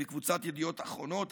מקבוצת ידיעות אחרונות,